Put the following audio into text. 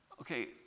okay